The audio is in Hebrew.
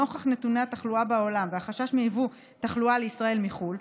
נוכח נתוני התחלואה בעולם והחשש מיבוא תחלואה לישראל מחו"ל,